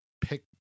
pick